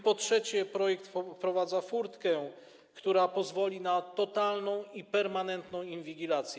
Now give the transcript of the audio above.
Po trzecie, projekt wprowadza furtkę, która pozwoli na totalną i permanentną inwigilację.